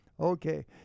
Okay